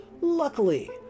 Luckily